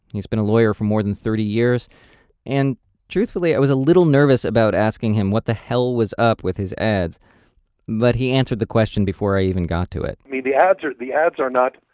he's been a lawyer for more than thirty years and truthfully i was a little nervous about asking him what the hell was up with his ads but he answer the question before i even got to it may the ads or the ads are not